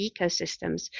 ecosystems